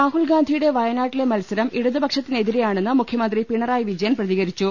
രാഹുൽഗാന്ധിയുടെ വയനാട്ടിലെ മത്സരം ഇടതുപക്ഷത്തിന് എതി രെയാണെന്ന് മുഖ്യമന്ത്രി പിണറായി വിജയൻ പ്രതികരിച്ചു